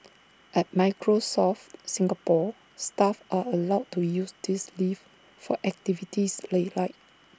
at Microsoft Singapore staff are allowed to use this leave for activities they like